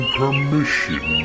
permission